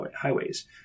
highways